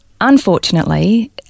unfortunately